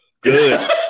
Good